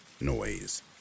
noise